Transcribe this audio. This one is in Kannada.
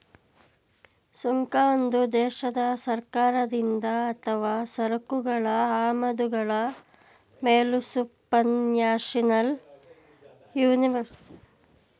ಸುಂಕ ಒಂದು ದೇಶದ ಸರ್ಕಾರದಿಂದ ಅಥವಾ ಸರಕುಗಳ ಆಮದುಗಳ ಮೇಲೆಸುಪರ್ನ್ಯಾಷನಲ್ ಯೂನಿಯನ್ವಿಧಿಸುವತೆರಿಗೆಯಾಗಿದೆ ಎಂದು ಹೇಳಬಹುದು